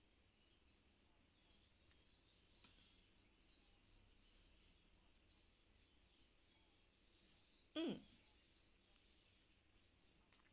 mm